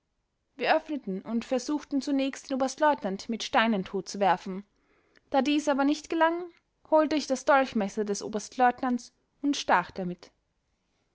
wir öffneten und versuchten zunächst den oberstleutnant mit steinen totzuwerfen da dies aber nicht gelang holte ich das dolchmesser des oberstleutnants und stach damit